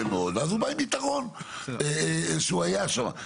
מאוד ואז הוא בא עם יתרון שהוא היה שם.